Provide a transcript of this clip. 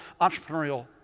entrepreneurial